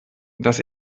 das